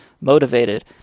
motivated